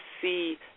see